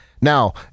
Now